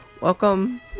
Welcome